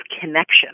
connection